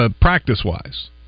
practice-wise